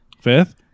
Fifth